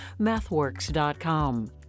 MathWorks.com